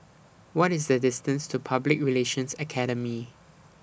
What IS The distance to Public Relations Academy